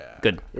Good